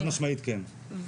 חד משמעית כן,